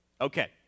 Okay